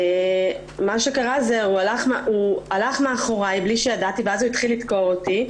הוא הלך מאחוריי מבלי שידעתי ואז התחיל לדקור אותי.